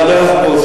מה לא היה לך בוס?